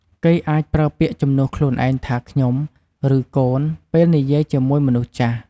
គេអាចប្រើពាក្យជំនួសខ្លួនឯងថា "ខ្ញុំ" ឬ "កូន" ពេលនិយាយជាមួយមនុស្សចាស់។